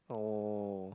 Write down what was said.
oh